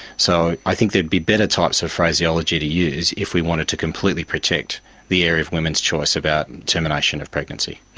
so i think there would be better types of phraseology to use if we wanted to completely protect the area of women's choice about termination of pregnancy.